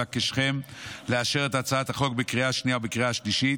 אבקשכם לאשר את הצעת החוק בקריאה השנייה ובקריאה השלישית.